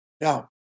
now